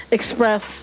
express